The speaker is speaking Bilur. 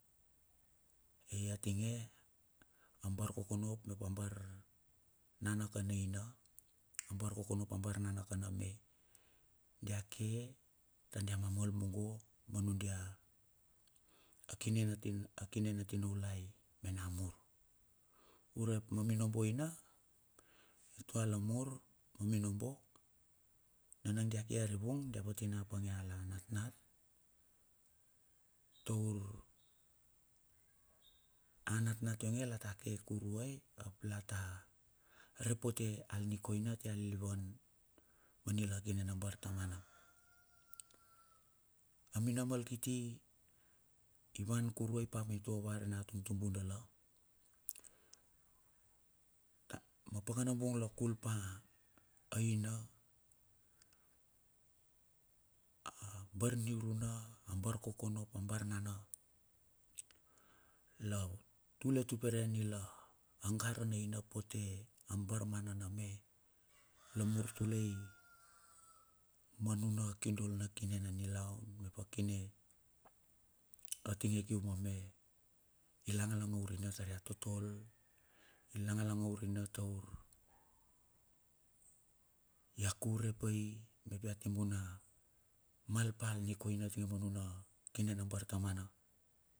Ae a tinge a bar kokono mep a bar nana kan auna, a barkokono up abar nane koun aina. Dia ke tar dai meme mungo ma nudia a kine na tina a kina na tinaulai me namur urep ma minobo ina mitua lamur ma minobo nana dia ka arivun dia vatina apange a natnat taur anatnat yonge la ta ke kurual ap lata repote alnikoina atai lilivan ma nila kine na bar tamana a minamal kiti i vankurai pa mitua rina tumtumbu dala ma pakanabung la kul pa aina, a abar niuruna, a barkokono ap a bar nana la tule tupere nila gara naina pote a barmana, la mur tulei ma nuna kindol na kine na niluan mep a kine a tinge kium a me. I langa langa urina tar ia totol, langa langa urina taur ia kure pai mep ia timbu na mal pa nikoina tinge ma nuna kine na bar tamana.